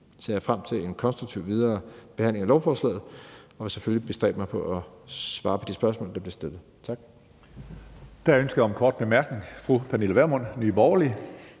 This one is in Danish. Jeg ser frem til en konstruktiv videre behandling af lovforslaget og vil selvfølgelig bestræbe mig på at svare på de spørgsmål, der bliver stillet.